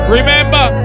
Remember